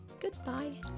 Goodbye